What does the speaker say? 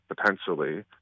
potentially